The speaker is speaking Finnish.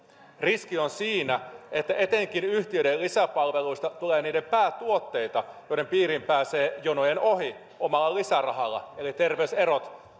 riski on siinä että etenkin yhtiöiden lisäpalveluista tulee niiden päätuotteita joiden piiriin pääsee jonojen ohi omalla lisärahalla eli terveyserot